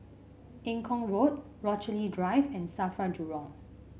Eng Kong Road Rochalie Drive and Safra Jurong